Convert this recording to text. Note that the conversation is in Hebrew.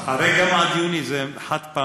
הרי גם עד יוני זה חד-פעמי.